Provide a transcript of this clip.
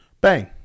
Bang